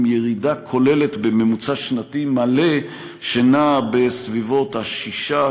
עם ירידה כוללת מממוצע שנתי מלא שנעה בסביבות 6%,